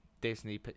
Disney